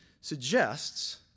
suggests